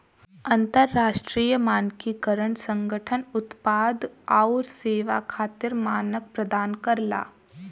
अंतरराष्ट्रीय मानकीकरण संगठन उत्पाद आउर सेवा खातिर मानक प्रदान करला